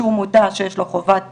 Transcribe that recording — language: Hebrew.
שהוא מודע שיש לו חובת